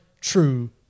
true